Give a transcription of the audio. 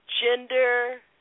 gender